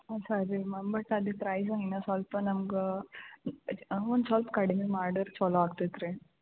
ಹ್ಞೂ ಸರಿ ma'am but ಅದು ಪ್ರೈಝ್ ಇನ್ನೂ ಸ್ವಲ್ಪ ನಮ್ಗೆ ಹಂಗೆ ಒಂದು ಸ್ವಲ್ಪ ಕಡ್ಮೆ ಮಾಡಿರೆ ಚೊಲೋ ಆಗ್ತಿತ್ತು ರೀ